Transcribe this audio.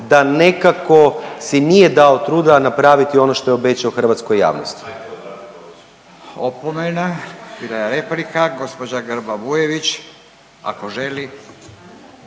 da nekako si nije dao truda napraviti ono što je obećao hrvatskoj javnosti. **Radin, Furio (Nezavisni)** Opomena, bila je replika. Gospođa Grba Bujević ako želi.